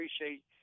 appreciate